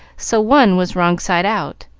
so one was wrong side out.